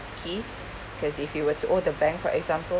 skip because if you were to owe the bank for example